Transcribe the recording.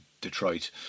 Detroit